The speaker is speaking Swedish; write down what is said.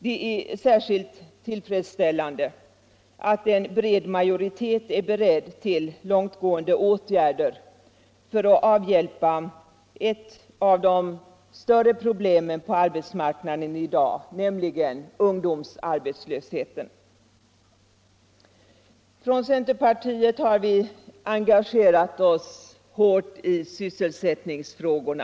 Det är särskilt tillfredsställande att en bred majoritet är beredd till långtgående åtgärder för att avhjälpa ett av de större problemen på arbetsmarknaden i dag, nämligen ungdomsarbetslösheten. Från centerpartiet har vi engagerat oss hårt i sysselsättningsfrågorna.